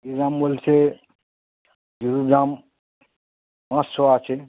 কি দাম বলছে দাম পাঁচশো আছে